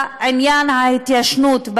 לעניין ההתיישנות,